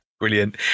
brilliant